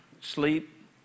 sleep